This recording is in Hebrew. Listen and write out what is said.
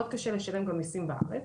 מאוד קשה גם לשלם מיסים בארץ,